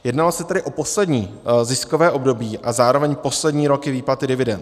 Jednalo se tedy o poslední ziskové období a zároveň poslední roky výplaty dividend.